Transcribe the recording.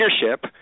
leadership